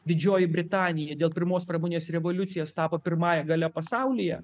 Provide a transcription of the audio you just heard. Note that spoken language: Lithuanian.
didžioji britanija dėl pirmos pramoninės revoliucijos tapo pirmąja galia pasaulyje